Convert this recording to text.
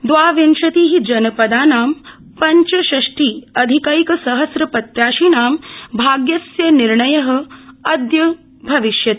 दवाविंशति जन दानां ञ्चषष्टि अधिकैकसहस्र प्रत्याशिनां भाग्यस्य निर्णय अदय भविष्यति